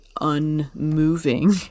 unmoving